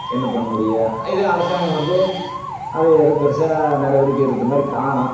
என்ன பண்ண முடியும் இதே அரசாங்கம் வந்து அது ஏதும் பெரிசா நடவடிக்கை எடுத்த மாதிரி காணும்